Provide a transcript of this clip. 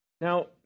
Now